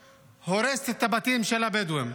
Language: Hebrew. הורסת את הבתים של הבדואים.